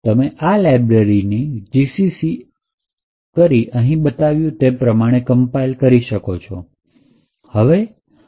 તમે આ લાઇબ્રેરીની gcc અહીં બતાવ્યું છે એ પ્રમાણે કમ્પાયલ કરી શકો